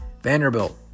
Vanderbilt